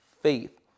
faith